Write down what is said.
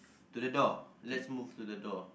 to the door let's move to the door